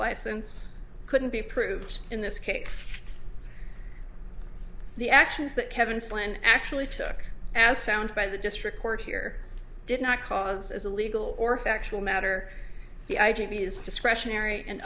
license couldn't be proved in this case the actions that kevin flynn actually took as found by the district court here did not cause as a legal or factual matter